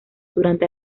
durante